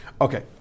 okay